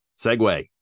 segue